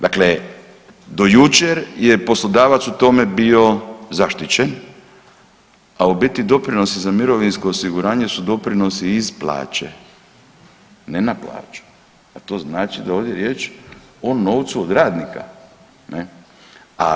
Dakle do jučer je poslodavac u tome bio zaštićen, a u biti doprinosi za mirovinsko osiguranje su doprinosi iz plaće, ne na plaću, a to znači da je ovdje riječ o novcu od radnika, ne?